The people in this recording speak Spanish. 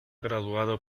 graduado